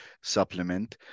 supplement